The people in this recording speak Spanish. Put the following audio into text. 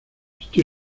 estoy